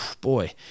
boy